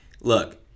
look